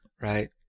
right